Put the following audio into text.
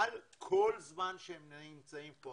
אבל כל זמן שהם נמצאים פה,